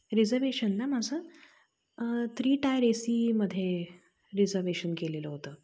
reservation ना माझं three tier AC मध्ये रिजर्वेशन केलेलं होतं